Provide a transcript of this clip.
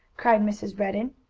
cried mrs. redden,